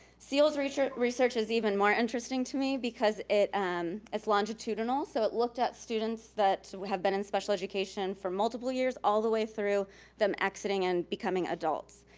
seels research research is even more interesting to me because um it's longitudinal, so it looked at students that who had been in special education for multiple years, all the way through them exiting and becoming adults.